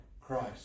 Christ